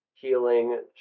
Healing